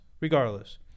Regardless